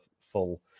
full